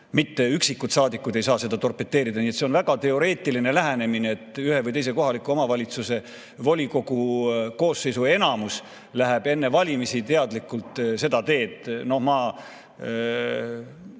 üksikud saadikud ei saa seda torpedeerida. Nii et see on väga teoreetiline lähenemine, et ühe või teise kohaliku omavalitsuse volikogu koosseisu enamus läheb enne valimisi teadlikult seda teed. Ma